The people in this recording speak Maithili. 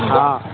हँ